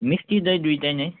मिस्टी दही दुइवटा नै